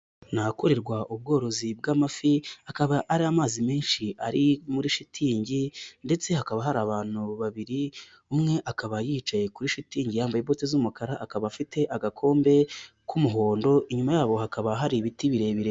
Ni ahakorerwa ubworozi bw'amafi akaba ari amazi menshi ari muri shitingi ndetse hakaba hari abantu babiri umwe akaba yicaye kuri shitingi yambaye bote z'umukara, akaba afite agakombe k'umuhondo, inyuma yabo hakaba hari ibiti birebire.